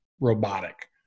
robotic